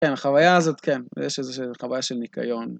כן, החוויה הזאת, כן, יש איזושהי חוויה של ניקיון.